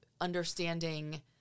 understanding